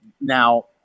Now